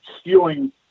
stealing